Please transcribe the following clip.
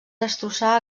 destrossar